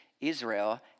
Israel